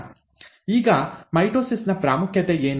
ಈಗ ಮೈಟೊಸಿಸ್ ನ ಪ್ರಾಮುಖ್ಯತೆ ಏನು